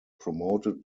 promoted